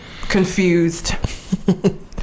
confused